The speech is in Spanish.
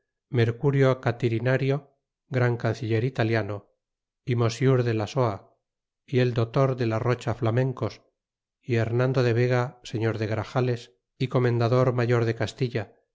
mercurio catirinario gran canciller italiano y mosiur de lasoa y el dotor de la rocha flamencos y remando de vega señor de grajales y comendador mayor de castilla